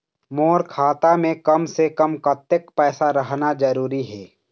मोर खाता मे कम से से कम कतेक पैसा रहना जरूरी हे?